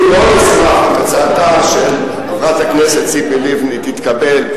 אני מאוד אשמח אם הצעתה של חברת הכנסת ציפי לבני תתקבל.